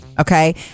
okay